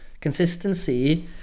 consistency